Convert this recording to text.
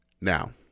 Now